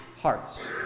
hearts